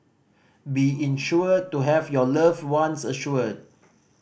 be insured to have your loved ones assured